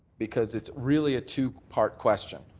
because it's really a two-part question.